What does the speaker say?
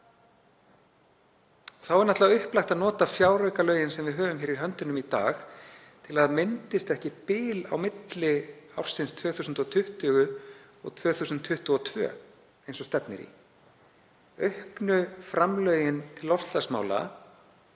Þá er náttúrlega upplagt að nota fjáraukalögin sem við höfum í höndunum í dag til að ekki myndist bil á milli áranna 2020 og 2022, eins og stefnir í. Auknu framlögin til loftslagsmála